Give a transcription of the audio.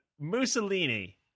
mussolini